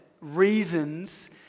reasons